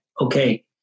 okay